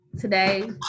today